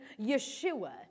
Yeshua